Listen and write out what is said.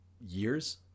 years